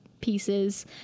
pieces